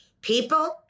people